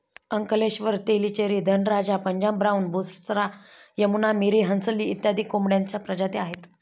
Ankleshwar, Tellicherry, Dhanraja, Punjab Brown, Busra, Yamuna, Miri, Hansli इत्यादी कोंबड्यांच्या प्रजाती आहेत